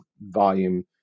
volume